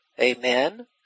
amen